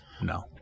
no